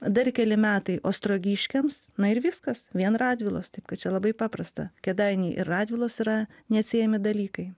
dar keli metai ostrogiškiams na ir viskas vien radvilos taip kad čia labai paprasta kėdainiai ir radvilos yra neatsiejami dalykai